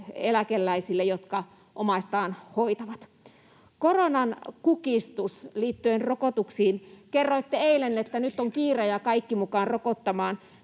eläkeläisille, jotka omaistaan hoitavat. Koronan kukistus liittyen rokotuksiin. Kerroitte eilen, että nyt on kiire ja kaikki mukaan rokottamaan.